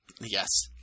Yes